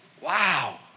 Wow